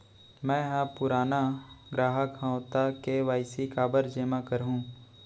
मैं ह पुराना ग्राहक हव त के.वाई.सी काबर जेमा करहुं?